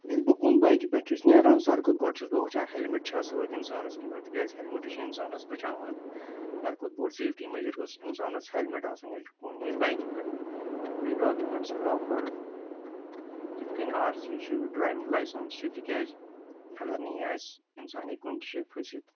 ییٚلہِ بہٕ کُن بایِکہِ پٮ۪ٹھ چھُس نیران ساری کھۄتہٕ گۄڈٕ چھُس بہٕ وٕچھان ہیلمِٹ چھا سۭتۍ اِنسانس کِنہٕ نہٕ تِکیازِ ہیلمِٹٕے چھُ اِنسانَس بَچاوان ساروٕے کھۄتہٕ بوٚڈ سیفٹی میجر گوٚس اِنسانس ہیلمِٹ آسُن ییٚلہِ کُن نیرِ بایِکہِ پٮ۪ٹھ بیٚیہِ ڈوکِمینٛٹٕس پرٛوپر یِتھ کٕنۍ آر سی چھِ ڈرٛایِوِنٛگ لایِسینٕس چھِ تِکیازِ اگر نہٕ یہِ آسہِ اِنسان ہیکہِ کُنہِ تہِ جاے پھٔسِتھ